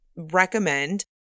Recommend